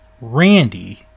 Randy